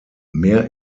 mehr